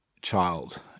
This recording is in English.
child